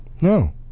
No